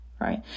right